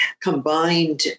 combined